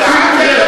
תראה,